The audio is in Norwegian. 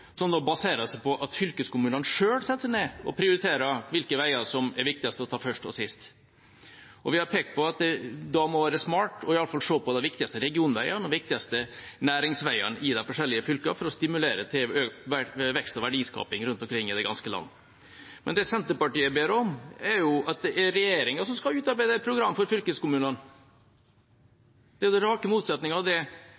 seg på at fylkeskommunene selv setter seg ned og prioriterer hvilke veier som er viktigst å ta først – og sist. Vi har pekt på at det da må være smart i alle fall å se på de viktigste regionveiene og de viktigste næringsveiene i de forskjellige fylkene, for å stimulere til økt vekst og verdiskaping rundt omkring i det ganske land. Men det Senterpartiet ber om, er at det er regjeringa som skal utarbeide et program for fylkeskommunene.